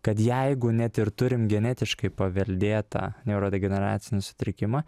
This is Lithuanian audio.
kad jeigu net ir turim genetiškai paveldėtą neurodegeneracinį sutrikimą